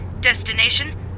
Destination